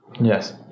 Yes